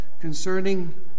concerning